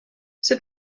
sut